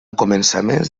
començaments